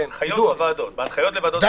בהנחיות לוועדות.